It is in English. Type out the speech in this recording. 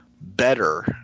better